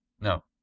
No